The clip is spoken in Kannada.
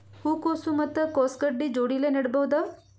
ಹೂ ಕೊಸು ಮತ್ ಕೊಸ ಗಡ್ಡಿ ಜೋಡಿಲ್ಲೆ ನೇಡಬಹ್ದ?